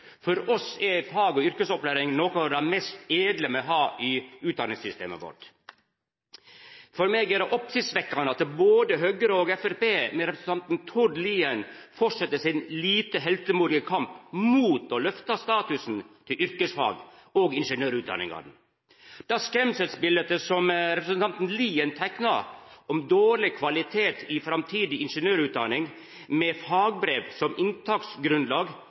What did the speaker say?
For oss er fag- og yrkesopplæring noko av det mest edle me har i utdanningssystemet vårt. For meg er det oppsiktsvekkjande at både Høgre og Framstegspartiet med representanten Tord Lien fortset sin lite heltemodige kamp mot å løfta statusen til yrkesfag og ingeniørutdanningane. Det skremmebiletet som representanten Lien teikna om dårleg kvalitet i framtidig ingeniørutdanning med fagbrev som inntaksgrunnlag,